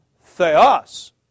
Theos